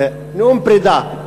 נאום פרידה.